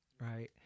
right